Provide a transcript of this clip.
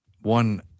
one